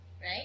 Right